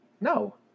no